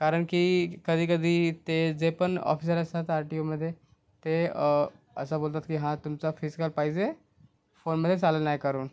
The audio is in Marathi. कारण की कधीकधी ते जे पण ऑफिसर असतात आर टी ओमध्ये ते असं बोलतात की हां तुमचा फेसकाअ पाहिजे फोनमध्ये चालेल नाही करून